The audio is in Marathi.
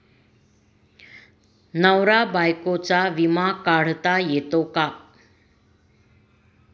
नवरा बायकोचा विमा काढता येतो का?